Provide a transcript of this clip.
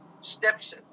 steps